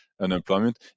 unemployment